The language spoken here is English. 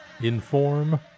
inform